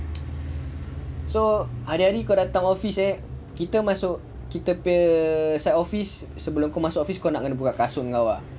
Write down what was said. so hari-hari kau datang office eh kita masuk kita punya site office sebelum masuk kau nak kena buka kasut kau ah